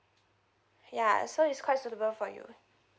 ya so it's quite suitable for you